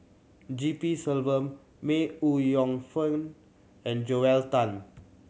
G P Selvam May Ooi Yong Fen and Joel Tan